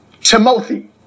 Timothy